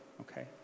okay